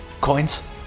Coins